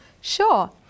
Sure